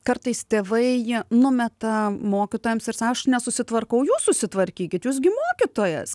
kartais tėvai numeta mokytojams ir aš nesusitvarkau jūs susitvarkykit jūs gi mokytojas